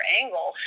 angle